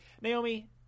naomi